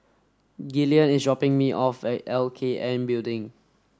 Gillian is dropping me off at L K N Building